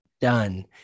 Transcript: done